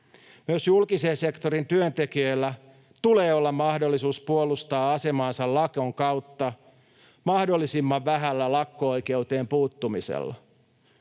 Myös julkisen sektorin työntekijöillä tulee olla mahdollisuus puolustaa asemaansa lakon kautta mahdollisimman vähällä lakko-oikeuteen puuttumisella.